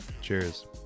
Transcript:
Cheers